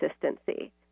consistency